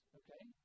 okay